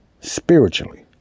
spiritually